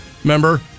Remember